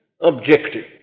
objective